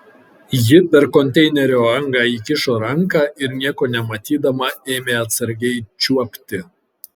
ji per konteinerio angą įkišo ranką ir nieko nematydama ėmė atsargiai čiuopti